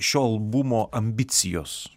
šio albumo ambicijos